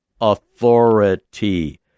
authority